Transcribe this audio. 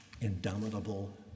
indomitable